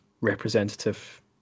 representative